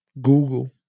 Google